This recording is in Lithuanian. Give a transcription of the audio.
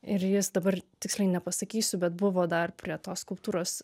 ir jis dabar tiksliai nepasakysiu bet buvo dar prie tos skulptūros